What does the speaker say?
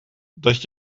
dat